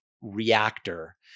reactor